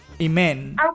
Amen